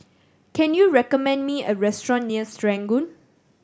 can you recommend me a restaurant near Serangoon